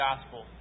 Gospel